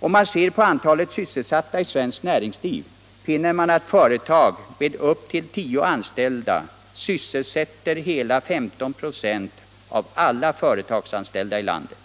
Om man ser på antalet sysselsatta i svenskt näringsliv, finner man att företag med upp till tio anställda sysselsätter hela 15 96 av alla företagsanställda i landet.